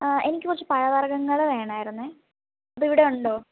ആ എനിക്ക് കുറച്ച് പഴവർഗ്ഗങ്ങൾ വേണമായിരുന്നു ഇത് ഇവിടെ ഉണ്ടോ